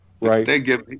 right